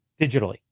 digitally